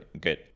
good